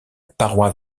paroi